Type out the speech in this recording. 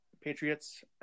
Patriots